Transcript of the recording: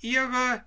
ihre